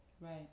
right